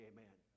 Amen